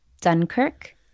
Dunkirk